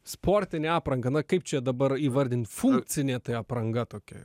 sportinę aprangą na kaip čia dabar įvardint funkcinė apranga tokia